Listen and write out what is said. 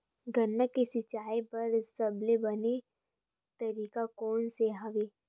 गन्ना के सिंचाई बर सबले बने तरीका कोन से हवय?